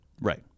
Right